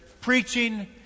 preaching